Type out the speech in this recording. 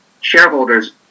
shareholders